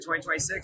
2026